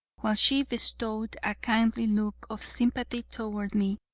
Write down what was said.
while she bestowed a kindly look of sympathy toward me,